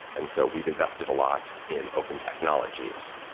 and so we've invested a lot in open technologies,